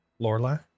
Lorla